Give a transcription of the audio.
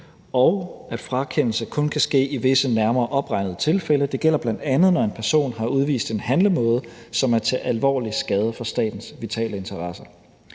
og at frakendelse kun kan ske i visse nærmere opregnede tilfælde. Det gælder bl.a., når en person har udvist en handlemåde, som er til alvorlig skade for statens vitale interesser.